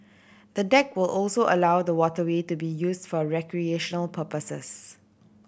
the deck will also allow the waterway to be used for recreational purposes